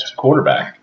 quarterback